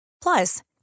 Plus